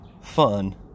fun